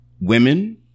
women